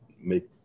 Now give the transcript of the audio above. make